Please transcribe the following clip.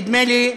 נדמה לי,